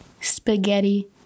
spaghetti